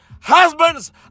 Husbands